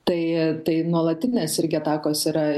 tai tai nuolatinės irgi atakos yra